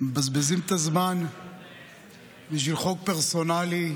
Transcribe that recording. מבזבזים את הזמן בשביל חוק פרסונלי,